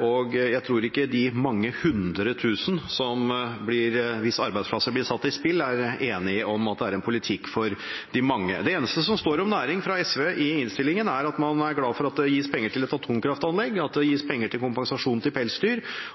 og jeg tror ikke de mange hundre tusen hvis arbeidsplasser blir satt på spill, er enig i at det er en politikk for de mange. Det eneste som står om næring fra SV i innstillingen, er at man er glad for at det gis penger til et atomkraftanlegg, at det gis penger til kompensasjon for pelsdyr,